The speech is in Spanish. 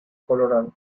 colorado